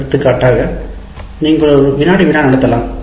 எடுத்துக்காட்டாக நீங்கள் ஒரு வினாடி வினா நடத்தலாம்